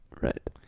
Right